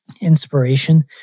inspiration